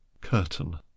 Curtain